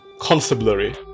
constabulary